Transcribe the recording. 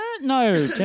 No